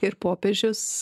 ir popiežius